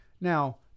Now